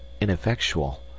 ineffectual